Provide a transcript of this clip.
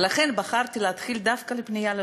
ולכן בחרתי להתחיל דווקא בפנייה לאופוזיציה.